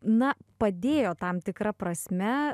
na padėjo tam tikra prasme